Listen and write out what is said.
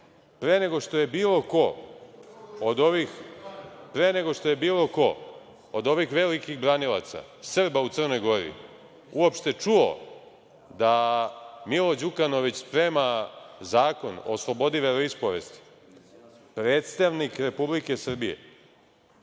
nego što je bilo ko od ovih velikih branilaca Srba u Crnoj Gori uopšte čuo da Milo Đukanović sprema zakon o slobodi veroispovesti, predstavnik Republike Srbije,